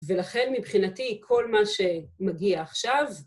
ולכן מבחינתי כל מה שמגיע עכשיו